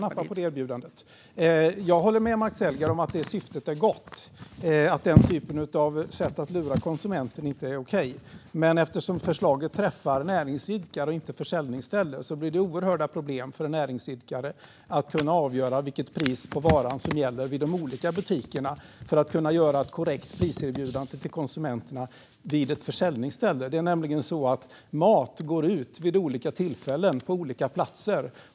Fru talman! Jag håller med Max Elger om att syftet är gott och att den typen av sätt att lura konsumenten inte är okej. Men eftersom förslaget träffar näringsidkare och inte försäljningsställe blir det oerhörda problem för näringsidkare att kunna avgöra vilket pris på varan som gäller vid de olika butikerna för att kunna göra ett korrekt priserbjudande till konsumenterna vid ett försäljningsställe. Det är nämligen så att mat går ut vid olika tillfällen på olika platser.